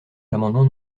l’amendement